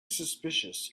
suspicious